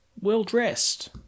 well-dressed